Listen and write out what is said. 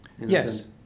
Yes